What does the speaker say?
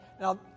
Now